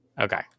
okay